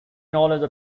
knowledge